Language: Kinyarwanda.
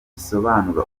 risobanura